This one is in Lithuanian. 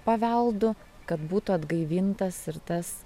paveldu kad būtų atgaivintas ir tas